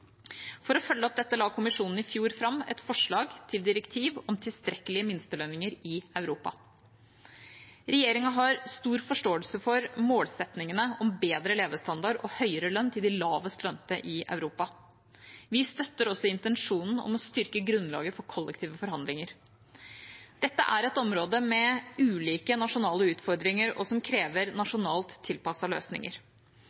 For å følge opp dette la Kommisjonen i fjor fram et forslag til direktiv om tilstrekkelige minstelønninger i Europa. Regjeringa har stor forståelse for målsettingene om bedre levestandard og høyere lønn til de lavest lønnede i Europa. Vi støtter også intensjonen om å styrke grunnlaget for kollektive forhandlinger. Dette er et område med ulike nasjonale utfordringer og krever